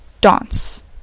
dance